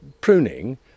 pruning